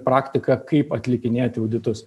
praktika kaip atlikinėti auditus